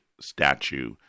statue